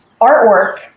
artwork